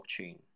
blockchain